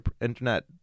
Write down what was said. internet